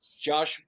Josh